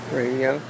radio